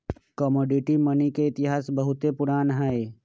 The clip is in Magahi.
कमोडिटी मनी के इतिहास बहुते पुरान हइ